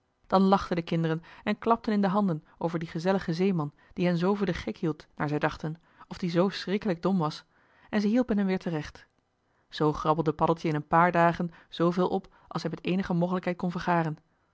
dan lachten de kinderen en klapten in de handen over dien gezelligen zeeman die hen zoo voor den gek hield naar zij dachten of die zoo schrikkelijk dom was en ze hielpen hem weer terecht zoo grabbelde paddeltje in een paar dagen zooveel op als hij met eenige mogelijkheid kon vergaren